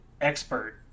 expert